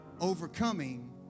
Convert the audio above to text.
Overcoming